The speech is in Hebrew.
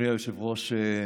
אדוני היושב-ראש,